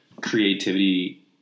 creativity